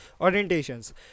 orientations